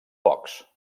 pocs